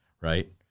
right